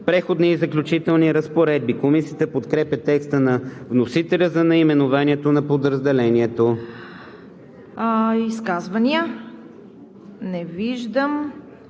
„Преходни и заключителни разпоредби“. Комисията подкрепя текста на вносителя за наименованието на подразделението. ПРЕДСЕДАТЕЛ ЦВЕТА